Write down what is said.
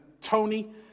Tony